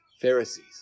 Pharisees